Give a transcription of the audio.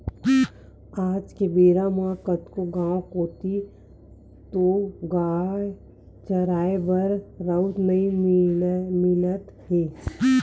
आज के बेरा म कतको गाँव कोती तोउगाय चराए बर राउत नइ मिलत हे